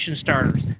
starters